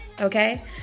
okay